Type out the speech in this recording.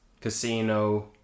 Casino